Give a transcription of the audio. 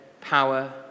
power